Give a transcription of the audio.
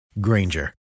Granger